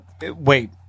wait